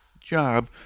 job